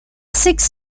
six